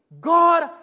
God